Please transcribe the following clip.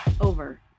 Over